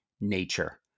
nature